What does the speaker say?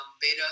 beta